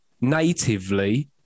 natively